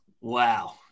wow